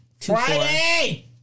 Friday